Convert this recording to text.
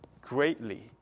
greatly